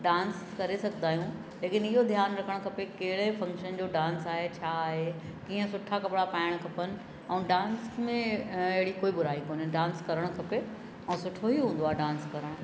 dance करे सघंदा आहियूं लेकिन इहो ध्यानु रखणु खपे कहिड़े फंक्शन जो डांस आए छा आए कीअं सुठा कपड़ा पाइणु खपनि ऐं डांस में अहिड़ी कोई बुराई कोन्हे डांस करणु खपे ऐं सुठो ई हूंदो आहे डांस करणु